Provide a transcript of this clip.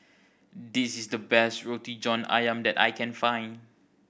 this is the best Roti John Ayam that I can find